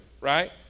right